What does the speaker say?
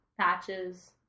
Patches